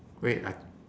wait I